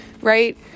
right